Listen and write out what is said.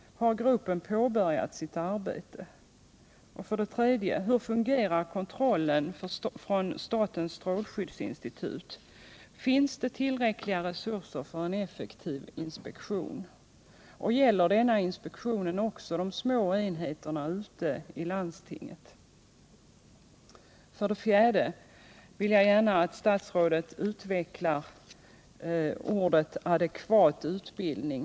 Har gruppen påbörjat sitt arbete? 3. Hur fungerar kontrollen från statens strålskyddsinstitut? Finns det Nr 46 tillräckliga resurser för en effektiv inspektion? Gäller denna inspektion Måndagen den också de små enheterna ute i landstinget? 12 december 1977 4. Vad menar Ingegerd Troedsson med en för arbetsuppgifterna adekvat = utbildning?